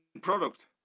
product